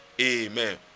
Amen